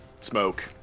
smoke